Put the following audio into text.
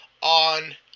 on